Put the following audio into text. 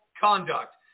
conduct